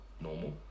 normal